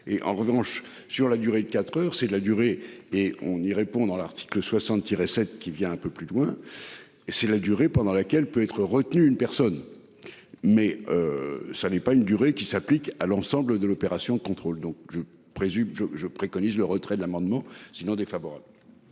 en revanche sur la durée de 4h, c'est la durée, et on y répond dans l'article 60 tiré cette qui vient un peu plus loin. Et si la durée pendant laquelle peut être retenu une personne. Mais. Ça n'est pas une durée qui s'applique à l'ensemble de l'opération de contrôle donc je présume je je préconise le retrait de l'amendement sinon défavorable.